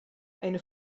eine